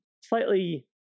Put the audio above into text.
slightly